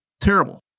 terrible